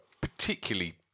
particularly